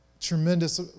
tremendous